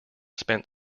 spent